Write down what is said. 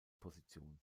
position